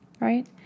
Right